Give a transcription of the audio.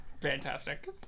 fantastic